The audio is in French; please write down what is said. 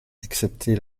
excepté